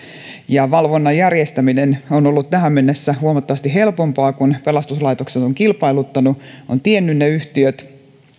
ja valvonnan järjestäminen on ollut tähän mennessä huomattavasti helpompaa kun pelastuslaitokset ovat kilpailuttaneet ja tienneet ne nuohoojat yhtiöt